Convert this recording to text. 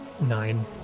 Nine